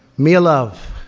mia love.